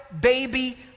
baby